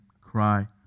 cry